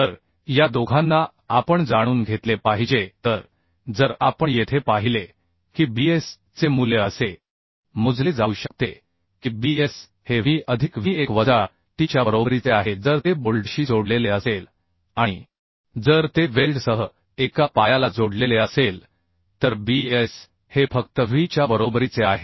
तर या दोघांना आपण जाणून घेतले पाहिजे तर जर आपण येथे पाहिले की Bs चे मूल्य असे मोजले जाऊ शकते की Bs हे W अधिक W1 वजा t च्या बरोबरीचे आहे जर ते बोल्टशी जोडलेले असेल आणि जर ते वेल्डसह एका पायाला जोडलेले असेल तर Bs हे फक्त W च्या बरोबरीचे आहे